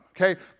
okay